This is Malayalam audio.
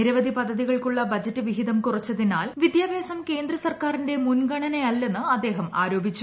നിരവധി പദ്ധതികൾക്കുള്ള ബജറ്റ് വിഹിതം കുറച്ചതിനാൽ വിദ്യാഭ്യാസം കേന്ദ്ര സർക്കാരിന്റെ മുൻഗണനയല്ലെന്ന് അദ്ദേഹം ആരോപിച്ചു